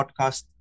podcast